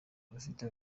rufite